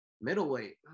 Middleweight